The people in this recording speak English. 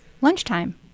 lunchtime